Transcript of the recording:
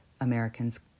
Americans